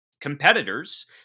competitors